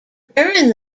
during